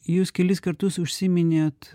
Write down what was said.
jūs kelis kartus užsiminėt